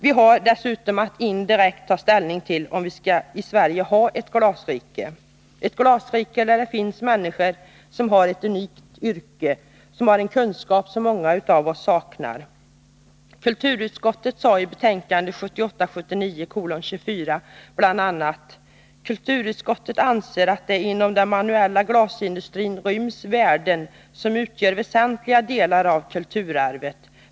Vi har dessutom att indirekt ta ställning till om vi i Sverige skall ha ett ”glasrike” — en näringsgren med människor som har ett unikt yrke, som har en kunskap som många av oss saknar. Kulturutskottet sade i betänkande 1978/79:24 bl.a.: ”Kulturutskottet anser att det inom den manuella glasindustrin ryms värden som utgör väsentliga delar av kulturarvet.